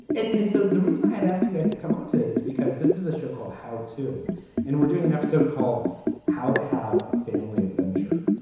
and and so the reason i have asked you guys to come out um today is because this is a show called how to and we're doing an episode called how to have a family adventure.